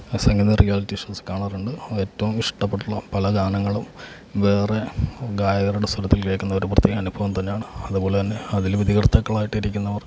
Sangeeth reality shows കാണാറുണ്ട് അത് ഏറ്റവും ഇഷ്ടപ്പെട്ട പല ഗാനങ്ങളും വേറെ ഗായകരുടെ സ്വരത്തിൽ കേൾക്കുന്ന ഒരു പ്രത്യേക അനുഭവം തന്നെയാണ് അതുപോലെ തന്നെ അതിൽ വിധികർത്താക്കളായിട്ട് ഇരിക്കുന്നവർ